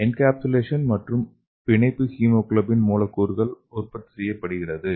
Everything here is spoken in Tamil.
என்கேப்சுலேசன் மற்றும் பிணைப்பு ஹீமோகுளோபின் மூலக்கூறுகளை உறுதிப்படுத்துகிறது